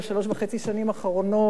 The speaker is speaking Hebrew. בשלוש וחצי השנים האחרונות,